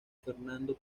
fernando